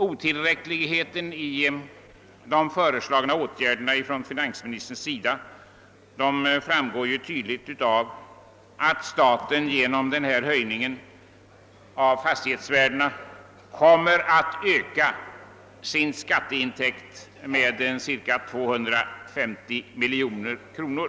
Otillräckligheten i de föreslagna åtgärderna framgår tydligt av det förhållandet att staten gerom den genomförda höjningen av fastighetsvärdena kommer att öka sin skatteintäkt med ca 250 miljoner kronor.